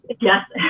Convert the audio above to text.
Yes